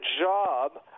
job